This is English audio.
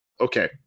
Okay